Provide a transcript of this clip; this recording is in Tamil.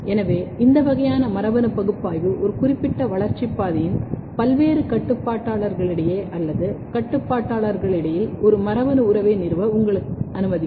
எனவே இந்த வகையான மரபணு பகுப்பாய்வு ஒரு குறிப்பிட்ட வளர்ச்சி பாதையின் பல்வேறு கட்டுப்பாட்டாளர்களிடையே அல்லது கட்டுப்பாட்டாளர்களிடையில் ஒரு மரபணு உறவை நிறுவ உங்களை அனுமதிக்கும்